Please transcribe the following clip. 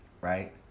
right